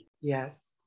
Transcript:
Yes